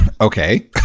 okay